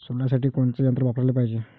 सोल्यासाठी कोनचं यंत्र वापराले पायजे?